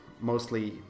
mostly